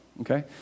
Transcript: okay